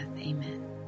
Amen